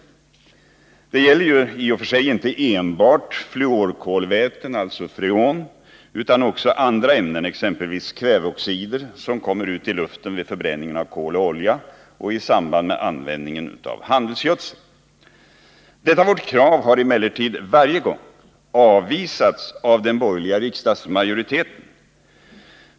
Det gäller i och för sig inte enbart 109 fluorkolväten, alltså freoner, utan också andra ämnen, exempelvis kväveoxider, som kommer ut i luften vid förbränningen av kol och olja och i samband med användningen av handelsgödsel. Detta vårt krav har emellertid varje gång avvisats av den borgerliga riksdagsmajoriteten.